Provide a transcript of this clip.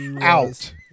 Out